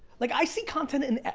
like i see content in,